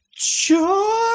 joy